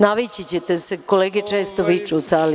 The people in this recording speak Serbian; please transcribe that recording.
Navići ćete se, kolege često viču u sali.